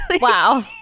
Wow